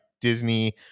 Disney